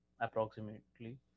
approximately